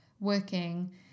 working